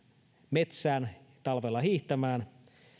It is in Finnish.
metsään talvella hiihtämään